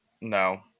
No